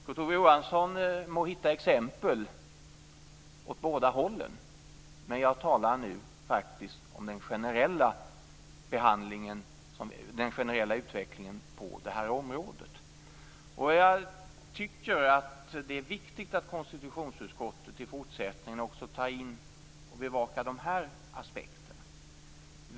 Kurt Ove Johansson må hitta exempel åt båda hållen, men jag talar nu faktiskt om den generella utvecklingen på detta område. Jag tycker att det är viktigt att konstitutionsutskottet i fortsättningen också tar in och bevakar dessa aspekter.